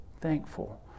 thankful